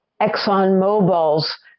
ExxonMobil's